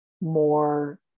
more